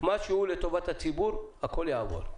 מה שהוא לטובת הציבור, הכול יעבור.